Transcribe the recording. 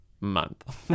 month